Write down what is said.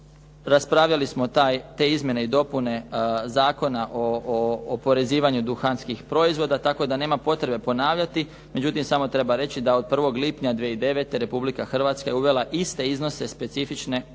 Raspravljali smo te izmjene i dopune Zakona o oporezivanju duhanskih proizvoda, tako da nema potrebe ponavljati, međutim samo treba reći da od 1. lipnja 2009. Republika Hrvatska je uvela iste iznose specifične i